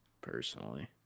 personally